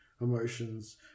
emotions